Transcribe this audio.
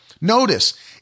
Notice